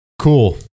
cool